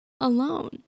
alone